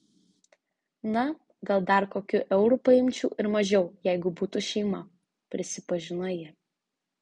na gal dar kokiu euru paimčiau ir mažiau jeigu būtų šeima prisipažino ji